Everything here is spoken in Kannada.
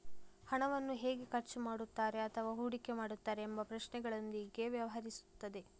ಹಣವನ್ನು ಹೇಗೆ ಖರ್ಚು ಮಾಡುತ್ತಾರೆ ಅಥವಾ ಹೂಡಿಕೆ ಮಾಡುತ್ತಾರೆ ಎಂಬ ಪ್ರಶ್ನೆಗಳೊಂದಿಗೆ ವ್ಯವಹರಿಸುತ್ತದೆ